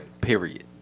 period